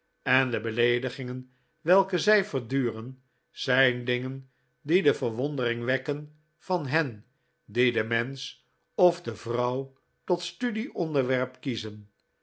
en de beleedigingen welke zij verduren zijn dingen die de verwondering wekken van hen die den mensch of de vrouw tot studie onderwerp kiezen